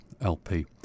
LP